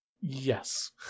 Yes